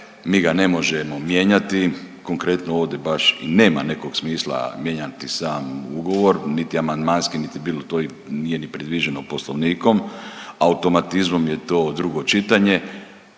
mi ga ne možemo mijenjati, konkretno ovdje baš i nema nekog smisla mijenjati sam ugovor niti amandmanski niti bilo to nije ni predviđeno poslovnikom. Automatizmom je to drugo čitanje